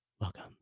welcome